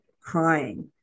crying